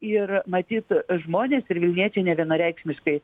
ir matyt žmonės ir vilniečiai nevienareikšmiškai